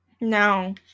No